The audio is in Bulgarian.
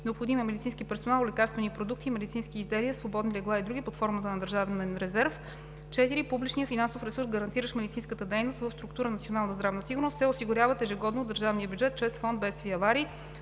необходимия медицински персонал, лекарствени продукти и медицински изделия, свободни легла и други под формата на държавен резерв; 4. публичният финансов ресурс, гарантиращ медицинската дейност в структура „Национална здравна сигурност“, се осигурява ежегодно от държавния бюджет чрез фонд „Бедствия и аварии“.